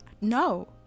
No